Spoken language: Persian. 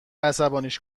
عصبانیش